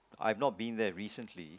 I've not been there recently